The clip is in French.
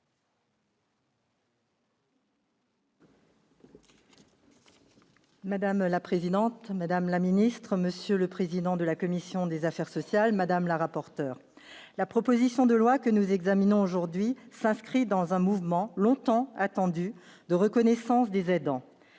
Madame la présidente, madame la secrétaire d'État, monsieur le président de la commission des affaires sociales, madame la rapporteur, mes chers collègues, la proposition de loi que nous examinons aujourd'hui s'inscrit dans un mouvement, longtemps attendu, de reconnaissance des aidants.